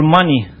money